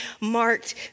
marked